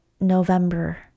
November